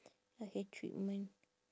a hair treatment